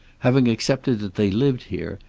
having accepted that they lived here,